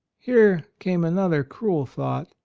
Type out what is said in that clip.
here came another cruel thought,